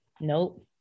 Nope